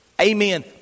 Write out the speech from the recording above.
amen